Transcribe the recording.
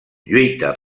lluita